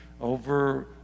Over